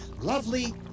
lovely